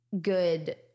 good